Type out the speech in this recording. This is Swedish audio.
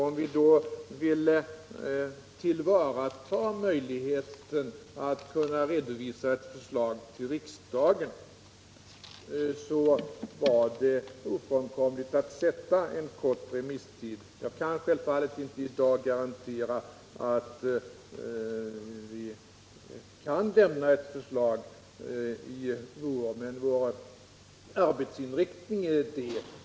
Om man ville tillvarata möjligheten att redovisa ett förslag till riksdagen i vår var det ofrånkomligt att sätta kort remisstid. Jag kan självfallet i dag inte garantera att vi skall lämna ett förslag i vår, men arbetsinriktningen är den.